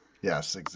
yes